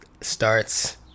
starts